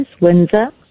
Windsor